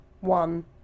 one